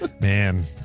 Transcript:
Man